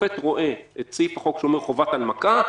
כששופט רואה סעיף בחוק שאומר חובת הנמקה,